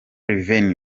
revenue